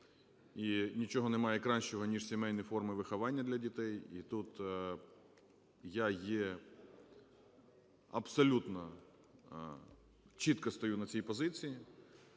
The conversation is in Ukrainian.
і нічого немає кращого, ніж сімейні форми виховання для дітей. І тут я є… абсолютно чітко стою на цій позиції.